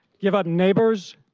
give up neighbors,